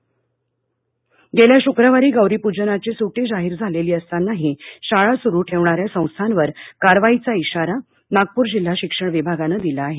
शाळा कारवाई गेल्या शुक्रवारी गोरीपूजनाची सुटी जाहीर झालेली असतानाही शाळा सुरू ठेवणाऱ्या संस्थांवर कारवाईचा इशारा नागपूर जिल्हा शिक्षण विभागानं दिला आहे